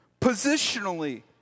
Positionally